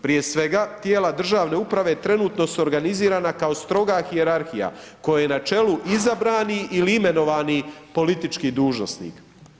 Prije svega tijela državne uprave trenutno su organizirana kao stroga hijerarhija kojoj je na čelu izabrani ili imenovani politički dužnosnik.